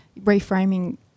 reframing